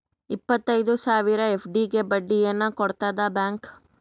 ಇಪ್ಪತ್ತೈದು ಸಾವಿರ ಎಫ್.ಡಿ ಗೆ ಬಡ್ಡಿ ಏನ ಕೊಡತದ ಬ್ಯಾಂಕ್?